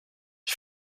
ich